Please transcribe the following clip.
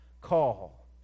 call